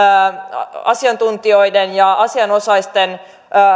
asiantuntijoiden ja asianosaisten